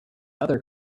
other